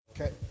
Okay